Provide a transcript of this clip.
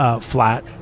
Flat